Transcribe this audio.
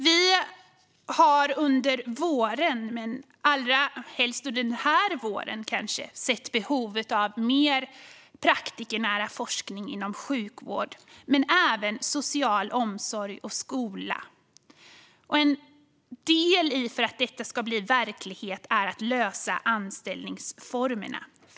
Vi har under åren men, kanske allra mest under den här våren, sett behovet av mer praktikernära forskning inom sjukvård men även inom social omsorg och skola. En del i det hela för att detta ska bli verklighet är att lösa anställningsformerna.